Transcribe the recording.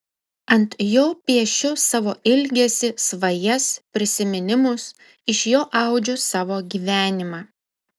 ant jo piešiu savo ilgesį svajas prisiminimus iš jo audžiu savo gyvenimą